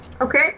Okay